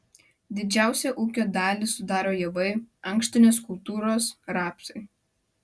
didžiausią ūkio dalį sudaro javai ankštinės kultūros rapsai